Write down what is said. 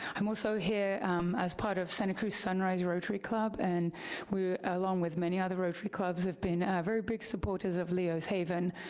i'm also here as part of santa cruz sunrise rotary club, and we along with many other rotary clubs have been ah very big supporters of leo's haven,